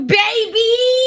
baby